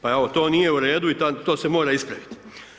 Pa evo, to nije u redu i to se mora ispraviti.